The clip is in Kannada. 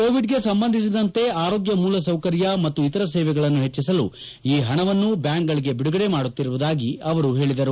ಕೋವಿಡ್ಗೆ ಸಂಬಂಧಿಸಿದಂತೆ ಆರೋಗ್ಯ ಮೂಲ ಸೌಕರ್ಯ ಮತ್ತು ಇತರ ಸೇವೆಗಳನ್ನು ಹೆಚ್ಚಿಸಲು ಈ ಹಣವನ್ನು ಬ್ಲಾಂಕ್ಗಳಿಗೆ ಬಿಡುಗಡೆ ಮಾಡುತ್ತಿರುವುದಾಗಿ ಅವರು ಹೇಳಿದರು